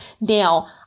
Now